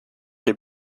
les